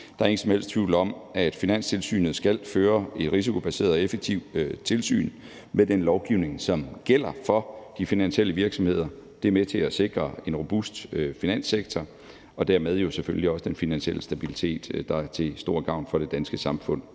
Der er ingen som helst tvivl om, at Finanstilsynet skal føre et risikobaseret og effektivt tilsyn med den lovgivning, som gælder for de finansielle virksomheder. Det er med til at sikre en robust finanssektor og dermed jo selvfølgelig også den finansielle stabilitet, der er til stor gavn for det danske samfund.